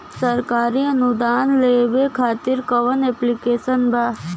सरकारी अनुदान लेबे खातिर कवन ऐप्लिकेशन बा?